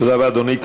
תודה רבה, אדוני.